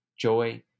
joy